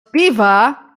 piwa